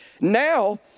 Now